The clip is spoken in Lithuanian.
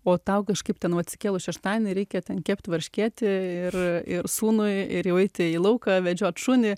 o tau kažkaip ten va atsikėlus šeštadienį reikia ten kepti varškėtį ir ir sūnui ir jau eiti į lauką vedžiot šunį